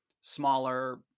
smaller